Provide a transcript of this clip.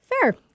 Fair